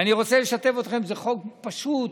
אני רוצה לשתף אתכם: זה חוק פשוט,